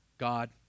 God